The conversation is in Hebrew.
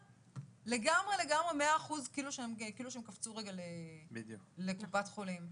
לגמרי לגמרי מאה אחוז כאילו שהם קפצו רגע לקופת חולים.